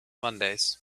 mondays